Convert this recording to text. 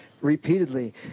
repeatedly